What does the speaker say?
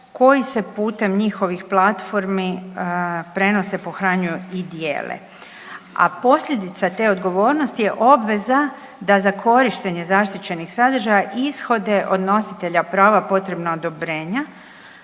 koji se putem njihovih platformi prenose, pohranjuju i dijele. A posljedica te odgovornosti je obveza da za korištenje zaštićenih sadržaja ishode od nositelja prava potrebna odobrenja